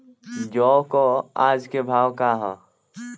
जौ क आज के भाव का ह?